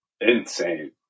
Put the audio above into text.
Insane